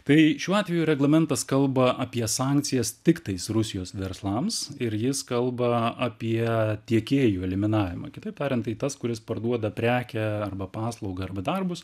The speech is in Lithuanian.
tai šiuo atveju reglamentas kalba apie sankcijas tiktais rusijos verslams ir jis kalba apie tiekėjų eliminavimą kitaip tariant tai tas kuris parduoda prekę arba paslaugą arba darbus